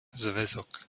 zväzok